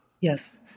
Yes